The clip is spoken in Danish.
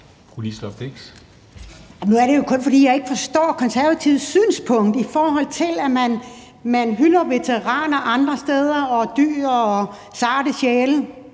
Nu er det jo kun, fordi jeg ikke forstår Konservatives synspunkt, for andre steder hylder man veteraner og dyr og sarte sjæle.